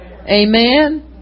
Amen